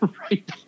Right